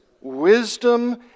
Wisdom